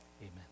Amen